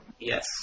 Yes